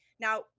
Now